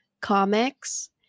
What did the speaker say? comics